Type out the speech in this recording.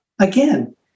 again